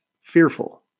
fearful